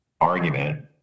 argument